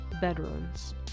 bedrooms